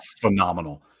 phenomenal